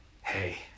Hey